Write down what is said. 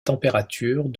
température